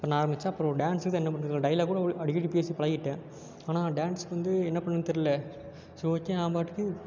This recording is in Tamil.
அப்போ நான் ஆரம்பித்தேன் அப்புறம் ஒரு டான்ஸுக்கு என்ன பண்ணுறது ஒரு டயலாக் கூட அடிக்கடி பேசி பழகிட்டேன் ஆனால் டான்ஸுக்கு வந்து என்ன பண்ணுறதுன்னு தெரில ஸோ ஓகே நான் பாட்டுக்கு